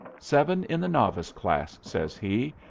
seven in the novice class, says he.